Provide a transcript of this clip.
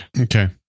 Okay